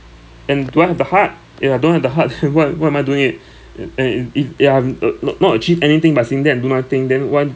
and do I have the heart if I don't have the heart why why am I doing it uh and in a if I'm uh not not achieve anything by sitting there and do nothing then why